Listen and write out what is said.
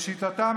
לשיטתם,